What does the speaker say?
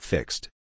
Fixed